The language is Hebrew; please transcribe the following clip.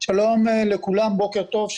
שלום לכולם, בוקר טוב.